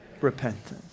Repentance